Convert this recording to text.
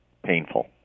painful